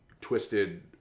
twisted